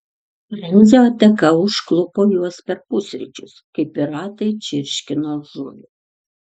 ramzio ataka užklupo juos per pusryčius kai piratai čirškino žuvį